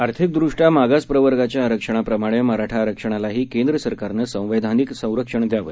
आर्थिकदृष्ट्या मागास प्रवर्गाच्या आरक्षणाप्रमाणे मराठा आरक्षणालाही केंद्र सरकारनं संवैधानिक संरक्षण द्यावं